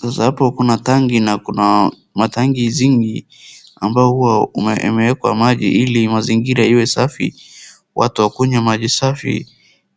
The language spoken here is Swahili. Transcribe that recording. Sasa hapo kuna tanki na kuna matanki zingi ambao huwa imeekwa maji ili mazingira iwe safi ,watu wakunywe maji safi